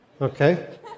Okay